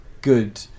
good